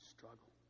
Struggle